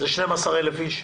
זה 12,000 איש.